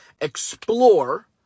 explore